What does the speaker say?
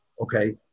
Okay